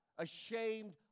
Ashamed